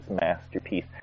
masterpiece